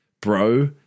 bro